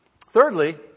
Thirdly